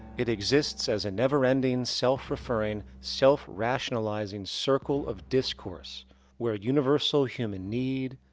it exists as a never ending, self-referring self-rationalizing circle of discourse where universal human need,